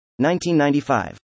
1995